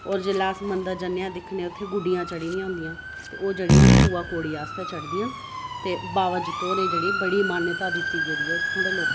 ते होर जेल्लै अस मंदर जन्नेआं ते दिक्खने आं ते उत्थें गुड्डियां चढ़ी दियां होंदियां ओह् जेह्ड़ियां न ओह् बूआ कौड़ी आस्तै चढ़दियां न ते बावा जित्तो होरें गी बड़ी मानता दित्ती गेदी ऐ इत्थें दे लोकें गी